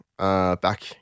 Back